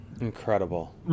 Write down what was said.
Incredible